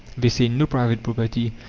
they say, no private property,